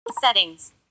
Settings